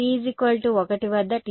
P 1 వద్ద θ π2